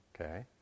okay